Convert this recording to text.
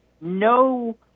no